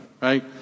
right